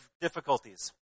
difficulties